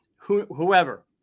whoever